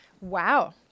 Wow